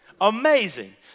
Amazing